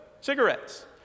Cigarettes